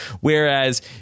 whereas